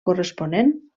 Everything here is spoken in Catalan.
corresponent